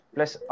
Plus